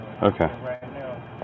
Okay